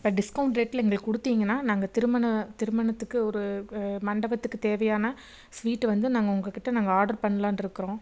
இப்போ டிஸ்கவுண்ட் ரேட்டில் எங்களுக்கு கொடுத்தீங்கன்னா நாங்கள் திருமண திருமணத்துக்கு ஒரு மண்டபத்துக்கு தேவையான ஸ்வீட்டை வந்து நாங்கள் உங்கக்கிட்டே நாங்கள் ஆர்ட்ரு பண்ணலான்னு இருக்கிறோம்